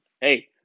hey